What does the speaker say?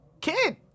kid